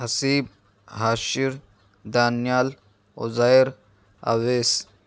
Haseeb Hashir Daniyal Uzair Owais